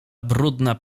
brudna